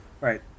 right